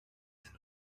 sind